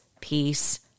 peace